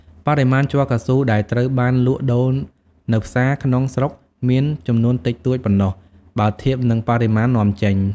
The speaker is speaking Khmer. បរិមាណជ័រកៅស៊ូដែលត្រូវបានលក់ដូរនៅផ្សារក្នុងស្រុកមានចំនួនតិចតួចប៉ុណ្ណោះ បើធៀបនឹងបរិមាណនាំចេញ។